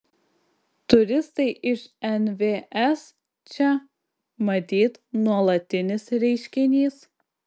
turistai iš nvs čia matyt nuolatinis reiškinys